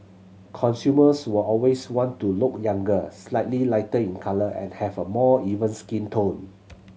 consumers will always want to look younger slightly lighter in colour and have a more even skin tone